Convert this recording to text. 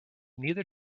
neither